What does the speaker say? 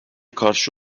karşı